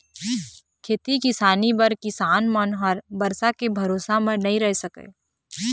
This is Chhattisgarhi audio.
खेती किसानी बर किसान मन ह बरसा के भरोसा म नइ रह सकय